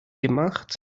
gemacht